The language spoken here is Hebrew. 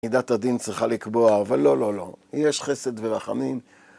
מידת הדין צריכה לקבוע, אבל לא, לא, לא, יש חסד ורחמים